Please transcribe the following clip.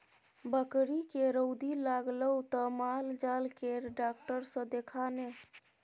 बकरीके रौदी लागलौ त माल जाल केर डाक्टर सँ देखा ने